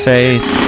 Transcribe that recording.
Faith